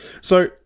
So-